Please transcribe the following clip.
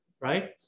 Right